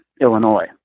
illinois